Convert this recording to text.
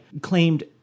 claimed